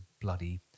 bloody